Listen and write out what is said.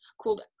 called